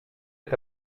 est